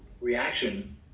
reaction